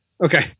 Okay